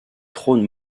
trône